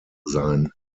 sein